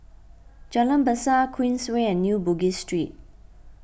Jalan Besar Queensway and New Bugis Street